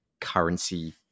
currency